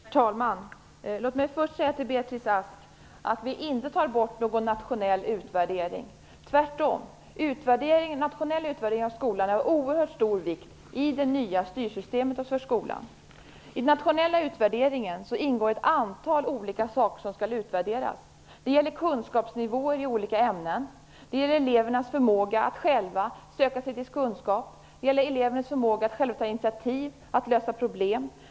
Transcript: Herr talman! Låt mig först säga till Beatrice Ask att vi inte tar bort någon nationell utvärdering. Tvärtom. En nationell utvärdering av skolan är av oerhört stor vikt i det nya styrsystemet för skolan. I den nationella utvärderingen ingår ett antal olika saker som skall utvärderas. Det gäller kunskapsnivåer i olika ämnen. Det gäller elevernas förmåga att själva söka sig till kunskap. Det gäller elevernas förmåga att själva ta initiativ, att lösa problem.